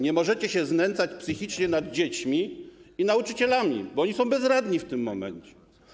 Nie możecie się znęcać psychicznie nad dziećmi i nauczycielami, bo oni są bezradni w tym momencie.